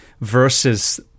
versus